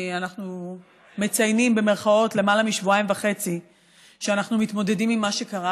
אנחנו "מציינים" למעלה משבועיים וחצי שאנחנו מתמודדים עם מה שקרה,